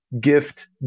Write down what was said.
gift